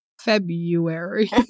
February